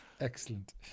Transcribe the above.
Excellent